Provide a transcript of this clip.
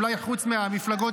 אולי חוץ מהמפלגות